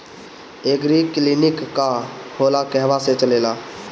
एगरी clinic का होला कहवा से चलेँला?